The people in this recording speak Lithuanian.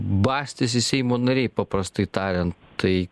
bastėsi seimo nariai paprastai tariant tai